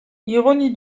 ironie